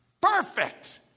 Perfect